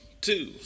two